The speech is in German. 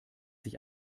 sich